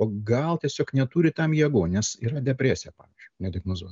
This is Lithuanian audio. o gal tiesiog neturi tam jėgų nes yra depresija pavyzdžiui nediagnozuota